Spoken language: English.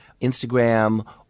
Instagram